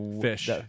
Fish